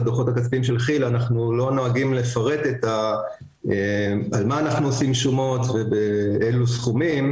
לא נוהגים לפרט על מה אנחנו עושים שומות ובאלה סכומים,